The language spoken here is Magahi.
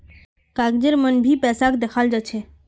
कागजेर मन भी पैसाक दखाल जा छे